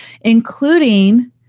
including